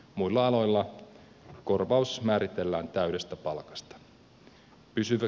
muilla aloilla korvaus määritellään täydestä palkasta